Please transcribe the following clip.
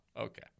Okay